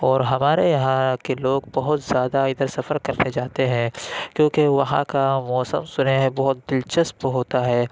اور ہمارے یہاں کے لوگ بہت زیادہ اِدھر سفر کرنے جاتے ہیں کیوں کہ وہاں کا موسم سُنے ہیں بہت دلچسپ ہوتا ہے